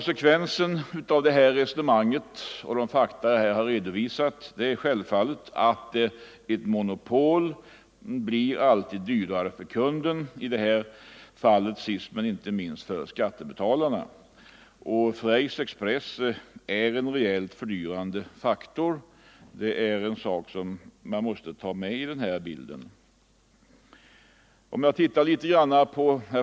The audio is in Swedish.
Slutsatsen av detta resonemang och av de fakta jag här har redovisat är självfallet att ett monopol alltid blir dyrare för kunden, i detta fall sist men inte minst för skattebetalarna. Freys express är en rejält fördyrande faktor — det är en sak som man måste ta med i bilden.